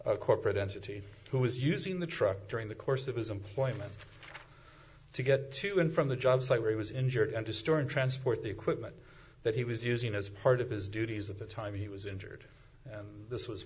a corporate entity who was using the truck during the course of his employment to get to and from the job site where he was injured and to store and transport the equipment that he was using as part of his duties at the time he was injured this was